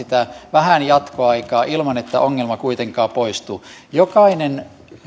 vähän sitä jatkoaikaa ilman että ongelma kuitenkaan poistuu jokainen